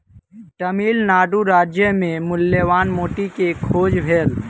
तमिल नाडु राज्य मे मूल्यवान मोती के खोज भेल